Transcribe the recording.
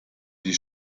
die